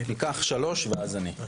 ניקח שלוש ואז אני.